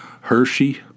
Hershey